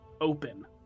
open